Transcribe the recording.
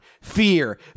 fear